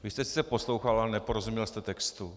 Vy jste sice poslouchal, ale neporozuměl jste textu.